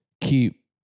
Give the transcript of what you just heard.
keep